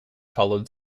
followed